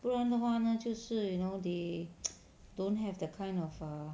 不然的话呢就是 you know they don't have that kind of err